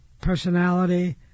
personality